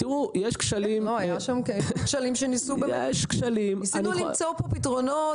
היו כשלים שניסינו למצוא להם פתרונות.